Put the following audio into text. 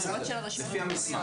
לא, בסדר, לפי המסמך.